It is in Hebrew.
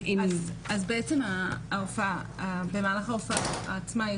במהלך ההופעה עצמה,